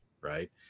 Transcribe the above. Right